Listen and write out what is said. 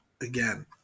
Again